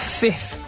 fifth